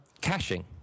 Caching